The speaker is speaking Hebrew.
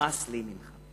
נמאס לי ממך.